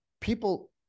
people